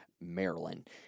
Maryland